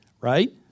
right